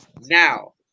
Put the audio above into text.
Now